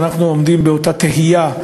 אנחנו עומדים באותה תהייה,